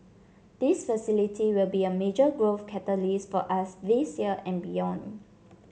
this facility will be a major growth catalyst for us this year and beyond